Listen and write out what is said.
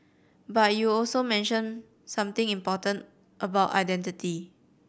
but you also mentioned something important about identity